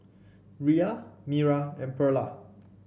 Rhea Mira and Perla